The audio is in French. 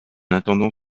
attendant